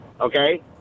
Okay